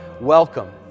welcome